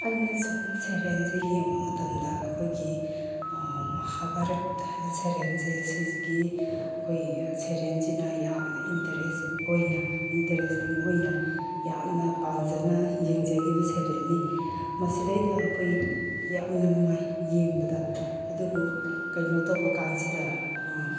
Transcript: ꯑꯩꯅ ꯁꯨꯝ ꯁꯦꯔꯦꯟꯁꯦ ꯌꯦꯡꯕ ꯃꯇꯝꯗ ꯑꯩꯈꯣꯏꯒꯤ ꯃꯍꯥ ꯚꯥꯔꯠ ꯍꯥꯏꯕ ꯁꯦꯔꯦꯟꯁꯦ ꯁꯤꯖꯤꯒꯤ ꯑꯩꯈꯣꯏ ꯁꯦꯔꯦꯟꯁꯤꯅ ꯌꯥꯝꯅ ꯏꯟꯇꯔꯦꯁ ꯑꯣꯏꯅ ꯏꯟꯇꯔꯦꯁꯇꯤꯡ ꯑꯣꯏꯅ ꯌꯥꯝꯅ ꯄꯥꯝꯖꯅ ꯌꯦꯡꯖꯒꯤꯕ ꯁꯦꯔꯦꯟꯅꯤ ꯃꯁꯤꯗꯩꯗ ꯑꯩꯈꯣꯏ ꯌꯥꯝꯅ ꯅꯨꯡꯉꯥꯏ ꯌꯦꯡꯕꯗ ꯑꯗꯨꯕꯨ ꯀꯩꯅꯣ ꯇꯧꯕ ꯀꯥꯟꯁꯤꯗ